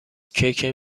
کیک